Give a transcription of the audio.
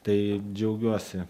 tai džiaugiuosi